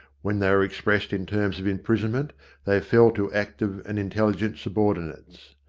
when they were expressed in terms of imprisonment they fell to active and intelligent subordinates.